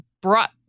brought